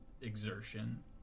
exertion